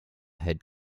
head